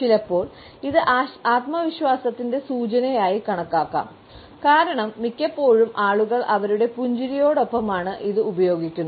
ചിലപ്പോൾ ഇത് ആത്മവിശ്വാസത്തിന്റെ സൂചനയായി കണക്കാക്കാം കാരണം മിക്കപ്പോഴും ആളുകൾ അവരുടെ പുഞ്ചിരിയോടൊപ്പമാണ് ഇത് ഉപയോഗിക്കുന്നത്